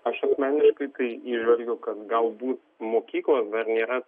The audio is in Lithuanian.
aš asmeniškai tai įžvelgiu kad galbūt mokyklos dar nėra